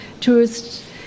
tourists